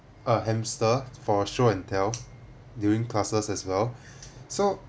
a hamster for show and tell during classes as well so